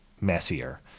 messier